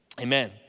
amen